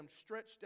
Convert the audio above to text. stretched